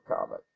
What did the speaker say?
comic